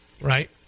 right